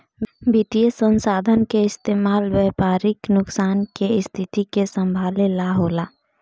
वित्तीय संसाधन के इस्तेमाल व्यापारिक नुकसान के स्थिति के संभाले ला होला